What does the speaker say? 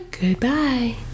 Goodbye